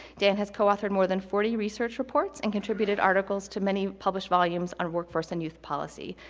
dan has coauthored more than forty research reports and contributed articles to many published volumes on workforce and youth policy.